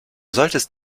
solltest